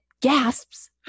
gasps